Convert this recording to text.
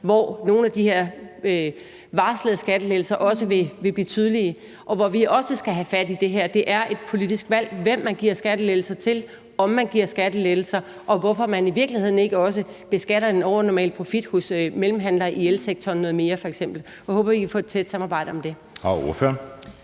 hvor nogle af de her varslede skattelettelser også vil blive tydelige, og hvor vi også skal have fat i det her. Det er et politisk valg, hvem man giver skattelettelser til, om man giver skattelettelser, og hvorfor man i virkeligheden ikke også f.eks. beskatter en overnormal profit hos mellemhandlere i elsektoren noget mere. Jeg håber, vi kan få et tæt samarbejde om det.